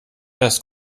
das